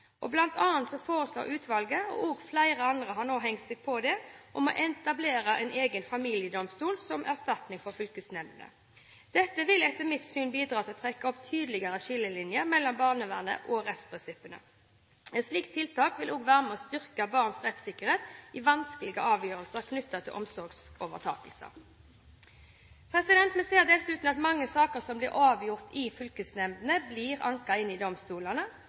foreslår utvalget – og flere andre har nå hengt seg på det – å etablere en egen familiedomstol som erstatning for fylkesnemndene. Dette vil etter mitt syn bidra til å trekke opp tydeligere skillelinjer mellom barnevernet og rettsprinsippene. Et slikt tiltak vil også være med og styrke barns rettssikkerhet i vanskelige avgjørelser knyttet til omsorgsovertakelse. Vi ser dessuten at mange saker som blir avgjort i fylkesnemndene, blir anket inn til domstolene.